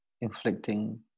inflicting